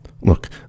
Look